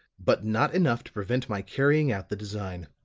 but not enough to prevent my carrying out the design.